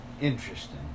Interesting